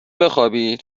بخوابی